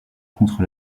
contre